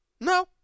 No